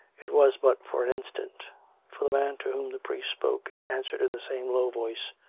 it was but for an instant for the man to whom the priest spoke answered in the same low voice,